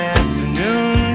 afternoon